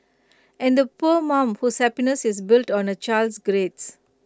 and the poor mum whose happiness is built on A child's grades